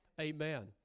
Amen